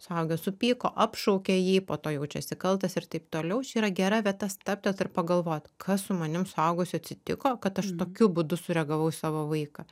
suaugę supyko apšaukė jį po to jaučiasi kaltas ir taip toliau čia yra gera vieta stabtelt ir pagalvot kas su manim suaugusiu atsitiko kad aš tokiu būdu sureagavau į savo vaiką